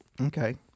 Okay